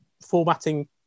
formatting